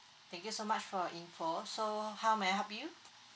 thank you so much for your info so how may I help you